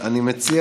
אני אגיד